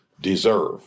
deserve